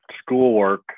schoolwork